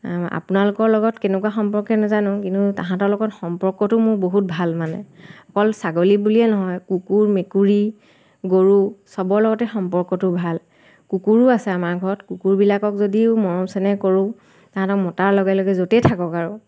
আপোনালোকৰ লগত কেনেকুৱা সম্পৰ্ক নেজানো কিন্তু তাহাঁতৰ লগত সম্পৰ্কটো মোৰ বহুত ভাল মানে অকল ছাগলী বুলিয়েই নহয় কুকুৰ মেকুৰী গৰু চবৰ লগতে সম্পৰ্কটো ভাল কুকুৰো আছে আমাৰ ঘৰত কুকুৰবিলাকক যদিও মৰম চেনেহ কৰোঁ তাহাঁতক মতাৰ লগে লগে য'তেই থাকক আৰু